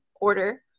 order